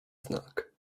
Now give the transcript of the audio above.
znak